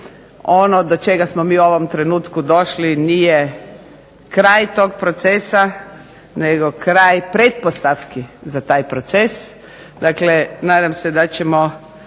Ono do čega smo mi u ovom trenutku došli nije kraj tog procesa nego kraj pretpostavki za taj proces, dakle nadam se da ćemo